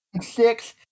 six